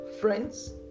Friends